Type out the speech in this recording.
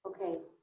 Okay